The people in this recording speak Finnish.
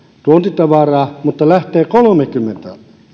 tuontitavaraa mutta lähtee kolmekymmentä